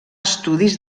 estudis